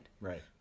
right